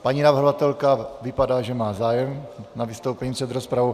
Paní navrhovatelka vypadá, že má zájem na vystoupení před rozpravou.